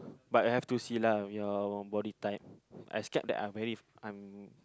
but have to see lah your body type I scared that I very I'm